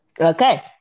okay